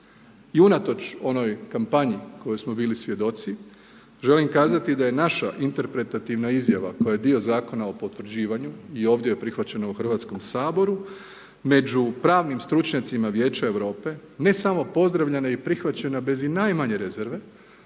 I unatoč onoj kampanji kojoj smo bili svjedoci želim kazati da je naša interpretativna izjava koja je dio Zakon o potvrđivanju i ovdje je prihvaćena u Hrvatskom saboru među pravnim stručnjacima Vijeća Europe, ne samo pozdravljena i prihvaćena bez i najmanje rezerve